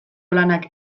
lanak